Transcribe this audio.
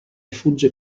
fugge